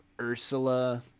ursula